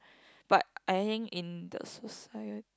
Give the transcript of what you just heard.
but I think in the society